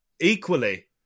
equally